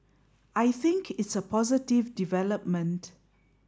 I think it's a positive development